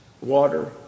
Water